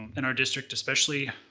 in our district especially,